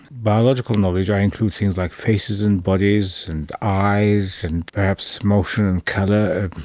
biological knowledge, i include things like faces and bodies and eyes and perhaps motion and colour.